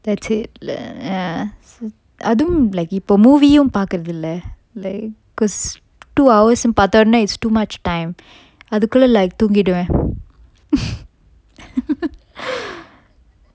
that's it err அதுவும்:athuvum black இப்ப:ippa movie um பாக்குறது இல்ல:pakkurathu illa like cause two hours னு பாத்தோனே:nu pathone is too much time அதுக்குள்ள:athukulla like தூங்கிடுவன்:thoongiduvan